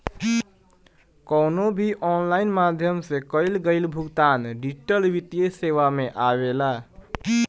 कवनो भी ऑनलाइन माध्यम से कईल गईल भुगतान डिजिटल वित्तीय सेवा में आवेला